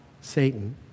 Satan